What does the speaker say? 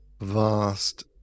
vast